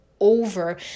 over